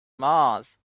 mars